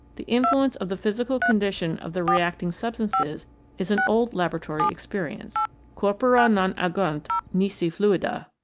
the influence of the physical condition of the reacting substances is an old laboratory experience corpora non agunt nisi fluida.